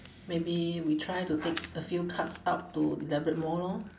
maybe we try to take a few cards out to elaborate more lor